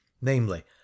namely